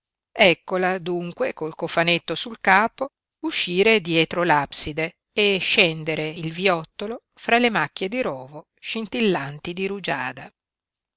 eccola dunque col cofanetto sul capo uscire dietro l'abside e scendere il viottolo fra le macchie di rovo scintillanti di rugiada